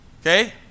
Okay